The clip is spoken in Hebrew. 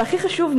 והכי חשוב,